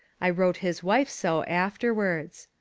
i wrote his wife so afterwards.